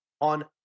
on